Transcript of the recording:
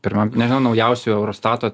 pirmam nežinau naujausių eurostato